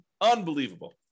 Unbelievable